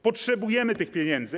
Potrzebujemy tych pieniędzy.